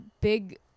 big